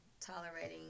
tolerating